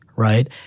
Right